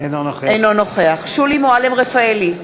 אינו נוכח שולי מועלם-רפאלי,